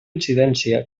incidència